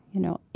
you know,